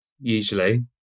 usually